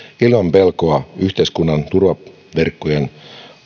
ilman pelkoa yhteiskunnan turvaverkkojen